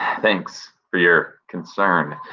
thanks for your concern,